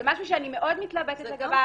זה משהו שאני מאוד מתלבטת לגביו,